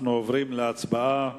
אנחנו עוברים להצבעה.